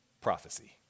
prophecy